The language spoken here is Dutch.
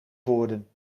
woorden